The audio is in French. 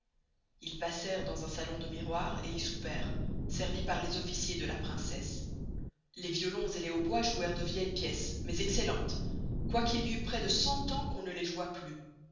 ils passerent dans un salon de miroirs et y souperent servis par les officiers de la princesse les violons et les hautbois joüerent de vieilles pieces mais excellentes quoyqu'il y eut prés de cent ans qu'on ne les joüast plus